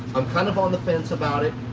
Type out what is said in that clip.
i'm kind of on the fence about it.